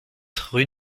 rue